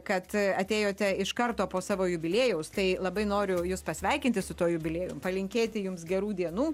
kad atėjote iš karto po savo jubiliejaus tai labai noriu jus pasveikinti su tuo jubiliejum palinkėti jums gerų dienų